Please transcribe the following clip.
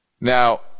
Now